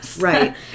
Right